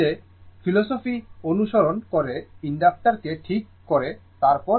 ধরুন যে ফিলোসফি অনুসরণ করে ইন্ডাক্টর কে ঠিক তার বিপরীতে